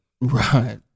Right